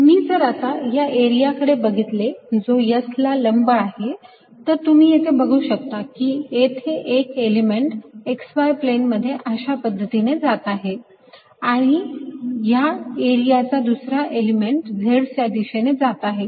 मी जर आता या एरिया कडे बघितले जो S ला लंब आहे तर तुम्ही येथे बघू शकता की येथे एक एलिमेंट x y प्लेन मध्ये अशा पद्धतीने जात आहे आणि या एरियाचा दुसरा एलिमेंट z च्या दिशेने जात आहे